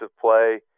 play